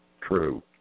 True